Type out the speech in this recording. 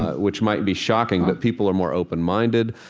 which might be shocking. but people are more open-minded,